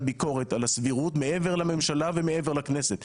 ביקורת על הסבירות מעבר לממשלה ומעבר לכנסת.